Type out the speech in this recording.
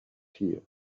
here